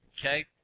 okay